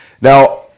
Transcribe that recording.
Now